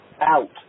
out